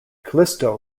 callisto